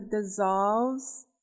dissolves